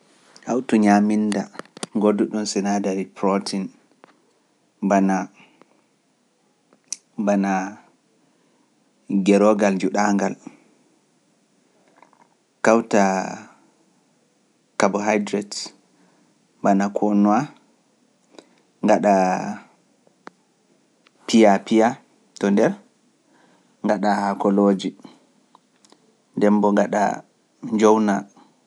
Hawtu ñaaminda, ngoɗuɗun sinadarii protiin, bana, bana gerogal juɗaangal, kawtaa carbohydrate, bana Konoa, ngaɗa piya piya to nder, ngaɗa hakolooji, demboo ngaɗa njowna.